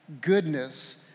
goodness